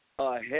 ahead